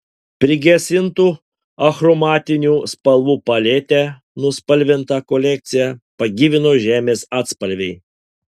prigesintų achromatinių spalvų palete nuspalvintą kolekciją pagyvino žemės atspalviai